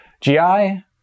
GI